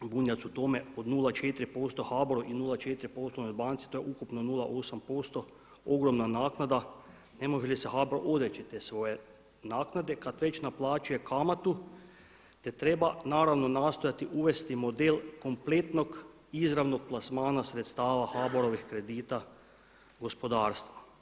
Bunjac o tome od 0,4% HBOR-u i 0,4% poslovnoj banci to je ukupno 0,8% ogromna naknada, ne može li se HBOR odreći te svoje naknade kada već naplaćuje kamatu, te treba naravno nastojati uvesti model kompletnog izravnog plasmana sredstava HBOR-ovih kredita gospodarstva.